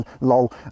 Lol